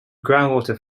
groundwater